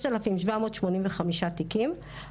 6,785 תיקים.